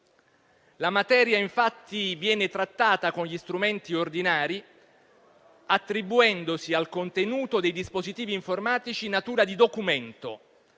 La materia, infatti, viene trattata con gli strumenti ordinari, attribuendosi al contenuto dei dispositivi informatici natura di documento,